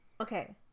Okay